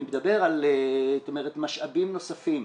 אני מדבר על משאבים נוספים.